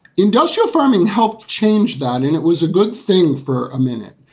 industrial farming helped change that. and it was a good thing for a minute.